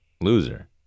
loser